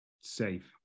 safe